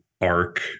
arc